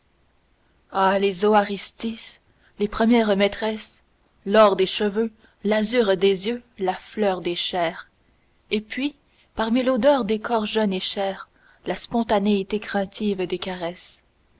ah les oarystis les premières maîtresses l'or des cheveux l'azur des yeux la fleur des chairs et puis parmi l'odeur des corps jeunes et chers la spontanéité craintive des caresses